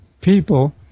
people